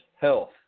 health